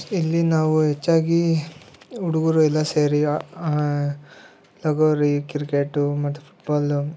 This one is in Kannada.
ಇಲ್ಲಿ ನಾವು ಹೆಚ್ಚಾಗಿ ಹುಡುಗ್ರು ಎಲ್ಲಾ ಸೇರಿ ಲಗೋರಿ ಕಿರ್ಕೆಟ್ಟು ಮತ್ತು ಫುಟ್ಬಾಲ್ಲು